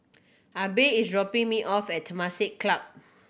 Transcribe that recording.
Abe is dropping me off at Temasek Club